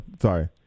Sorry